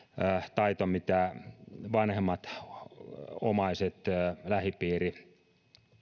taito mitä vanhemmat omaiset lähipiiri